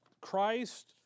Christ